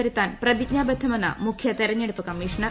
വരുത്താൻ പ്രതിജ്ഞാബദ്ധമെന്ന് മുഖ്യ തിരഞ്ഞെടുപ്പ് കമ്മീഷണർ